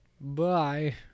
Bye